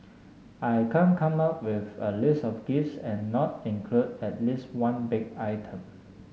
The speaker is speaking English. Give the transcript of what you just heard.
I can't come up with a list of gifts and not include at least one baked item